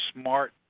smart